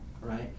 right